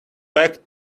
back